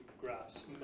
graphs